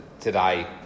today